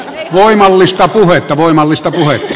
voimallista puhetta voimallista puhetta